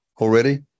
Already